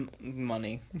money